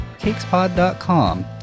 CakesPod.com